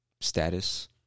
status